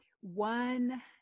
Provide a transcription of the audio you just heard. One